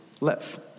live